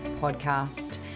Podcast